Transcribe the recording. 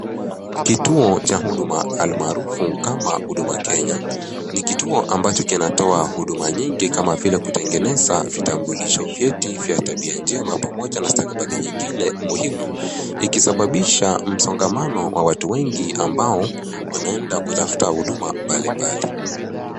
Kituo cha huduma almaarufu kama Huduma Kenya. Ni kituo ambacho kinatoa huduma nyingi kama kutengeneza vitambulisha, vyeti vya tabia njema pamoja na stakabadhi nyingine muhimu, ikisababisha msongamano wa watu wengi ambao wanaeda kutafuta huduma mbalimbali.